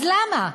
אז למה?